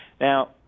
Now